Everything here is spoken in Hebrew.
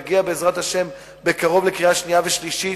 ותגיע בעזרת השם בקרוב לקריאה שנייה וקריאה שלישית,